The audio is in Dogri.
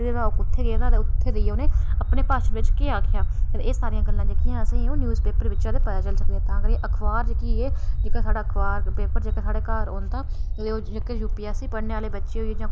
कुत्थै गेदा ते उत्थै जाइयै उ'नें अपने भाषण बिच केह् आक्खेआ ते एह् सारियां गल्लां ओह् असेंगी न्यूज़ पेपर बिच्चा गै पता चली सकदियां तां करियै अखबार जेह्की एह् जेह्का साढ़ा खबार पेपर जेह्का साढ़े घर औंदा ते ओह् जेह्के यूपीएससी पढ़ने आह्ले बच्चे होइये तां